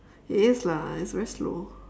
it is lah it's very slow